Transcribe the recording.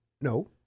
No